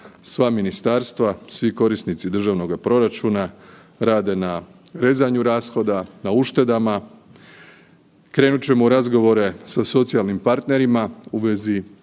sva ministarstva, svi korisnici državnoga proračuna rade na rezanju rashoda, na uštedama, krenut ćemo u razgovore sa socijalnim partnerima u vezi